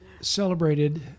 celebrated